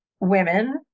women